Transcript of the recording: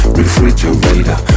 refrigerator